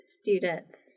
students